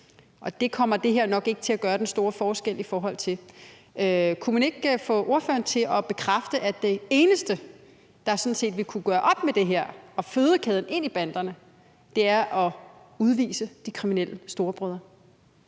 og det kommer det her jo nok ikke til at gøre den store forskel i forhold til. Kunne man ikke få ordføreren til at bekræfte, at det eneste, der sådan set vil kunne gøre op med det her og fødekæden ind i banderne, er at udvise de kriminelle storebrødre?